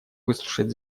выслушать